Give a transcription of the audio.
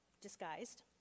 disguised